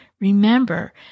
Remember